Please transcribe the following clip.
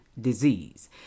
Disease